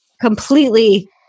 completely